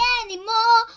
anymore